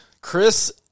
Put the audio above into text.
Chris